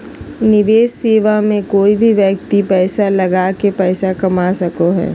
निवेश सेवा मे कोय भी व्यक्ति पैसा लगा के पैसा कमा सको हय